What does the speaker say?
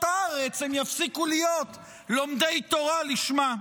הארץ הם יפסיקו להיות לומדי תורה לשמה.